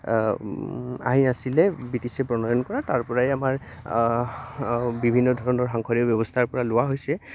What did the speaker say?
আইন আাছিলে ব্ৰিটিছে প্ৰণয়ন কৰা তাৰ পৰাই আমাৰ বিভিন্ন ধৰণৰ সাংসদীয় ব্যৱস্থাৰ পৰা লোৱা হৈছে